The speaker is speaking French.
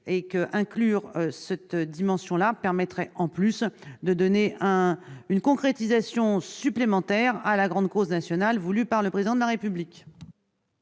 Inclure cette dimension permettrait en outre de donner une concrétisation supplémentaire à la grande cause nationale voulue par le Président de la République.